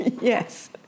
yes